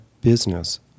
business